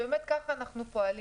באמת כך אנחנו פועלים.